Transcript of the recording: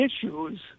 issues